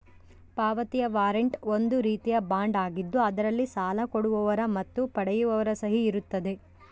ಪಾವತಿಯ ವಾರಂಟ್ ಒಂದು ರೀತಿಯ ಬಾಂಡ್ ಆಗಿದ್ದು ಅದರಲ್ಲಿ ಸಾಲ ಕೊಡುವವರ ಮತ್ತು ಪಡೆಯುವವರ ಸಹಿ ಇರುತ್ತದೆ